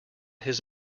his